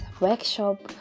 workshop